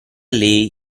lei